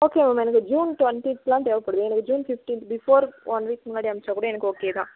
okay ma'am எனக்கு June twenty eight தான் தேவைப்படுது எங்களுக்கு ஜூன் ஃபிஃப்டீன் பிஃபோர் ஒன் வீக்குக்கு முன்னாடி அனுப்புச்சா கூட எனக்கு ஓகே தான்